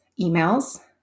emails